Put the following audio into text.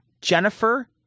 Jennifer